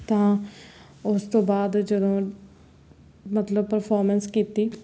ਤਾਂ ਉਸ ਤੋਂ ਬਾਅਦ ਜਦੋਂ ਮਤਲਬ ਪ੍ਰਫੋਰਮੈਂਸ ਕੀਤੀ